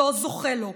לא זוכה לו.